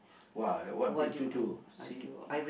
why what did you do see